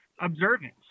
observance